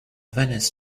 venice